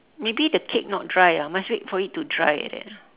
maybe the cake not dry ah must wait for it to dry like that